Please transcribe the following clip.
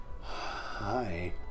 Hi